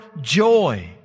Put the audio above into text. joy